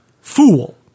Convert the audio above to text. fool